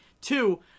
Two